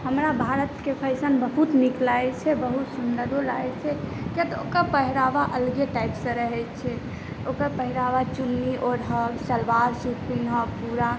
हमरा भारतके फ़ैशन बहुत नीक लागै छै बहुत सुंदरो लागै छै किया तऽ ओकर पहिरावा अलगे टाइपसे रहै छै ओकर पहिरावा चुन्नी ओढ़ब सलवार सूट पीनहब पूरा